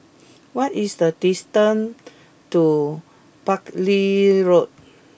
what is the distance to Buckley Road